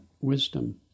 wisdom